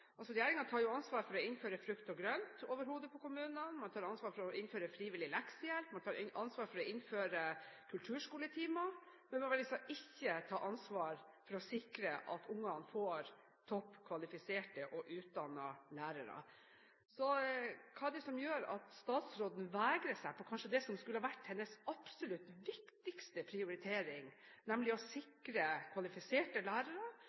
å innføre frukt og grønt over hodet på kommunene. Man tar ansvar for å innføre frivillig leksehjelp og ansvar for å innføre kulturskoletimer. Men man vil altså ikke ta ansvar for å sikre at ungene får topp kvalifiserte og utdannede lærere. Hva er det som gjør at statsråden vegrer seg for det som kanskje skulle vært hennes absolutt viktigste prioritering, nemlig å sikre kvalifiserte lærere